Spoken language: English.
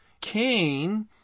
Cain